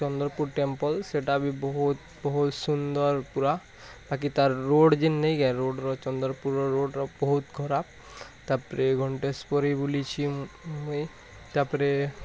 Chandarpur temple ସେଇଟା ବି ବହୁତ ବହୁତ ସୁନ୍ଦର୍ ପୁରା ବାକି ତା'ର ରୋଡ଼୍ ଯିନ୍ ନାଇକା ରୋଡ଼୍ର ଚନ୍ଦରପୁର୍ ରୋଡ଼୍ର ବହୁତ ଖରାପ ତା'ପରେ ଘଣ୍ଟେଶ୍ୱରୀ ବୁଲିଛି ମୁଁ ମୁଁଇ ତା'ପରେ